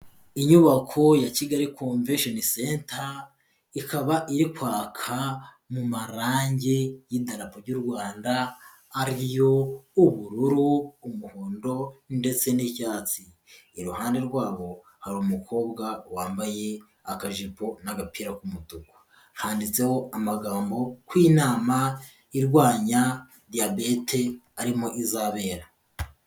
Inyubako ya Kigali Convention Centre ikaba iri kwaka mu marange y'Idarapo ry'u Rwanda ariyo ubururu, umuhondo ndetse n'icyatsi, iruhande rwabo hari umukobwa wambaye akajipo n'agapira k'umutuku, handitseho amagambo ko inama irwanya Diyabete arimo izabera.